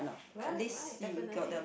right right definitely